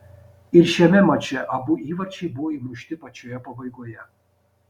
ir šiame mače abu įvarčiai buvo įmušti pačioje pabaigoje